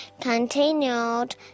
continued